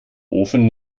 ofen